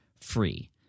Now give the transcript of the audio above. free